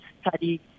study